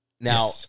Now